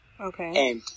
Okay